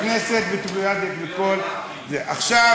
חבר הכנסת פריג', נגמר הזמן, אני מבקשת.